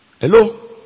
Hello